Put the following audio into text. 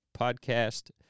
podcast